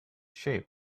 shape